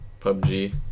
PUBG